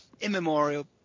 immemorial